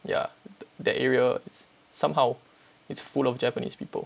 ya that area it's somehow it's full of japanese people